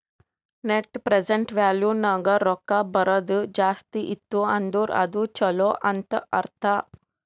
net present value ನಾಗ್ ರೊಕ್ಕಾ ಬರದು ಜಾಸ್ತಿ ಇತ್ತು ಅಂದುರ್ ಅದು ಛಲೋ ಅಂತ್ ಅರ್ಥ